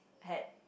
had